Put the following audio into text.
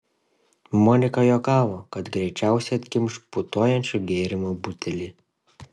monika juokavo kad greičiausiai atkimš putojančio gėrimo butelį